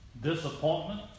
Disappointment